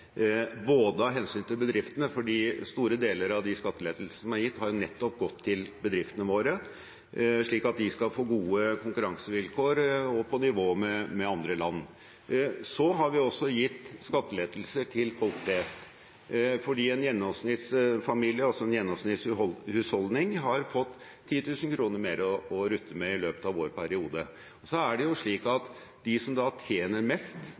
av hensyn til bedriftene, for store deler av de skattelettelsene som er gitt, har nettopp gått til bedriftene våre, slik at de skal få gode konkurransevilkår – på nivå med andre land. Vi har også gitt skattelettelser til folk flest. En gjennomsnittsfamilie, altså en gjennomsnittshusholdning, har fått 10 000 kr mer å rutte med i løpet av vår periode. De som tjener mest, betaler mest i skatt. Selv etter at de har fått skattelettelser, gjør de det. Så fortsatt er det en fordeling av byrdene som